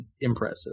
impressive